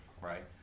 right